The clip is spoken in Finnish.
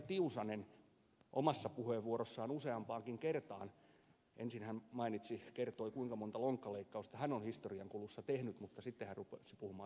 tiusanen omassa puheenvuorossaan useampaankin kertaan ensin kertoi kuinka monta lonkkaleikkausta hän on historian kulussa tehnyt mutta sitten hän rupesi puhumaan silmäleikkauksista